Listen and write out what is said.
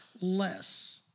less